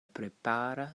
prepara